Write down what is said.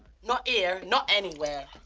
not yeah here, not anywhere.